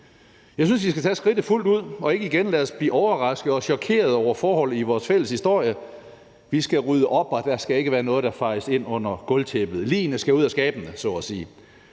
Jeg synes, vi skal tage skridtet fuldt ud og ikke igen lade os blive overraskede og chokerede over forhold i vores fælles historie. Vi skal rydde op, og der skal ikke være noget, der fejes ind under gulvtæppet. Ligene skal ud af skabene, så at sige.